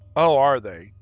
oh, are they.